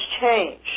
change